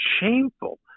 shameful